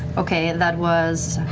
okay, that was,